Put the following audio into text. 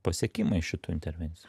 pasiekimai šitų intervencijų